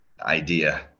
idea